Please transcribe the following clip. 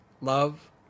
love